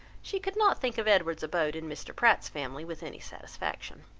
she could not think of edward's abode in mr. pratt's family, with any satisfaction.